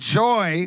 joy